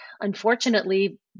unfortunately